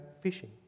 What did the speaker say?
fishing